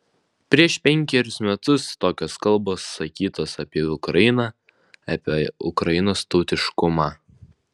prieš penkerius metus tokios kalbos sakytos apie ukrainą apie ukrainos tautiškumą